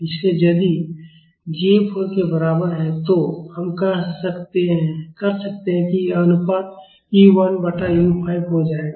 इसलिए यदि j 4 के बराबर है तो हम कर सकते हैं कि यह अनुपात u 1 बटा u 5 हो जाएगा